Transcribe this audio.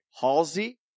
Halsey